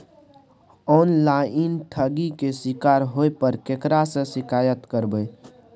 Online ठगी के शिकार होय पर केकरा से शिकायत करबै?